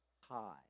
High